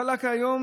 אמר: מחר יהיה יום